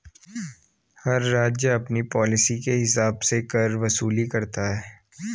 हर राज्य अपनी पॉलिसी के हिसाब से कर वसूली करता है